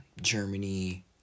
Germany